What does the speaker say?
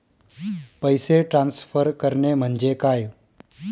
पैसे ट्रान्सफर करणे म्हणजे काय?